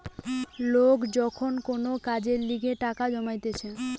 লোক যখন কোন কাজের লিগে টাকা জমাইতিছে